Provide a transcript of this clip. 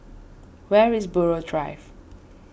where is Buroh Drive